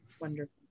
Wonderful